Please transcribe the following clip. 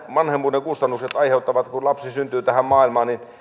vanhemmuuden kustannukset aiheuttavat kun lapsi syntyy tähän maailmaan